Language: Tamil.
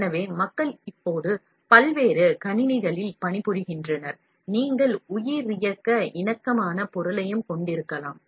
எனவே மக்கள் இப்போது பல்வேறு அமைப்புகளில் பணிபுரிகின்றனர் நீங்கள் உயிரியக்க இணக்கமான பொருளையும் கொண்டிருக்கலாம்